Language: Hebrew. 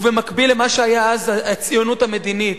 ובמקביל למה שהיה אז הציונות המדינית,